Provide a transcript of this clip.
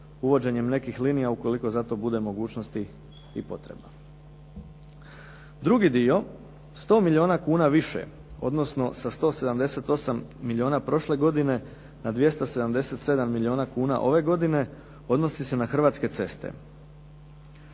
uvođenjem nekih linija ukoliko za to bude mogućnosti i potreba. Drugi dio, 100 milijuna kuna više, odnosno sa 178 milijuna prošle godine na 277 milijuna kuna ove godine odnosi se na Hrvatske ceste.